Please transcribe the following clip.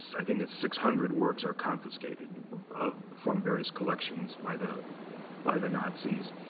i think it's six hundred works are confiscated from various collections, by the by the nazis.